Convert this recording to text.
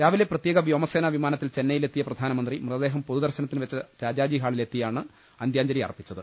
രാവിലെ പ്രത്യേക വ്യോമ സേനാ വിമാ ന ത്തിൽ ചെന്നൈയിലെത്തിയ പ്രധാനമന്ത്രി മൃതദേഹം പൊതു ദർശനത്തിനുവെച്ച രാജാജി ഹാളിലെത്തിയാണ് അന്ത്യാ ഞ്ജലിയർപ്പിച്ചത്